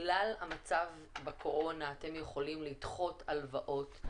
בגלל המצב בקורונה אתם יכולים לדחות הלוואות',